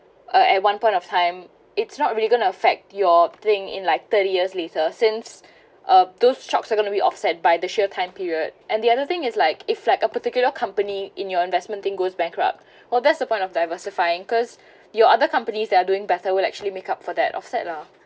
uh at one point of time it's not really going to affect your thing in like thirty years later since uh those shocks are going to be offset by the sheer time period and the other thing is like if like a particular company in your investment thing goes bankrupt well that's the point of diversifying cause your other companies that are doing better will like actually make up for that offset lah